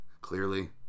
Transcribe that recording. clearly